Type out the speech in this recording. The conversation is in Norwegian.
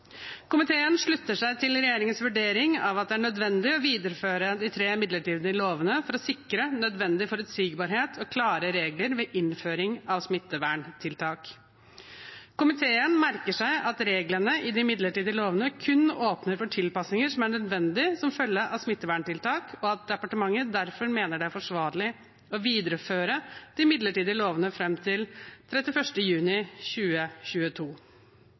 Komiteen slutter seg til regjeringens vurdering av at det er nødvendig å videreføre de tre midlertidige lovene for å sikre nødvendig forutsigbarhet og klare regler ved innføring av smitteverntiltak. Komiteen merker seg at reglene i de midlertidige lovene kun åpner for tilpasninger som er nødvendige som følge av smitteverntiltak, og at departementet derfor mener det er forsvarlig å videreføre de midlertidige lovene fram til 31. juni 2022.